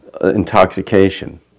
intoxication